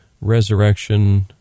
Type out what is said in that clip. resurrection